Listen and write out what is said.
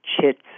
chits